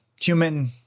human